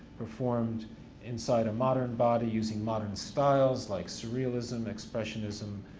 performed inside a modern body, using modern styles like surrealism, expressionism,